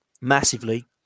massively